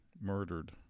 murdered